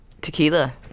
Tequila